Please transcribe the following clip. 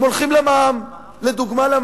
הן הולכות למע"מ, לדוגמה.